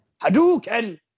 Hadouken